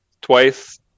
twice